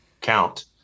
count